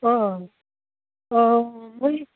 অঁ অঁ মই